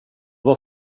var